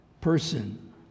person